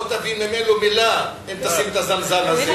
לא תבין ממנו מלה אם תשים את הזמזם הזה.